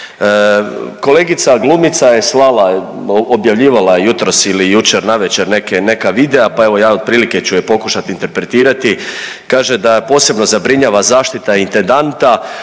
Kolegica glumica je slala, objavljivala je jutros ili jučer navečer neke, neka videa, pa evo ja otprilike ću je pokušati interpretirati. Kaže da posebno zabrinjava zaštita intendanta